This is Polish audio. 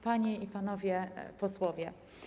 Panie i Panowie Posłowie!